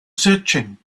searching